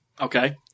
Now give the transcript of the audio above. Okay